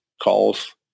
calls